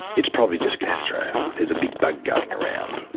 it's probably just gastro, there's a big bug going around.